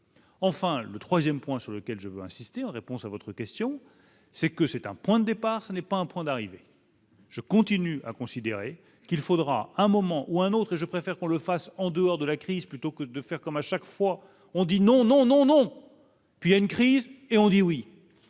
Enfin, le 3ème, point sur lequel je veux insister, en réponse à votre question, c'est que c'est un point de départ, ce n'est pas un point d'arrivée, je continue à considérer qu'il faudra à un moment ou un autre et je préfère qu'on le fasse en dehors de la crise plutôt que de faire comme à chaque fois on dit non non non non, puis il y a une crise, et on dit : oui,